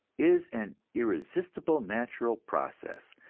is an irresistible natural process,